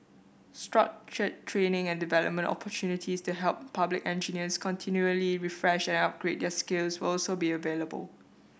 structured training and development opportunities to help public engineers continually refresh and upgrade their skills will also be available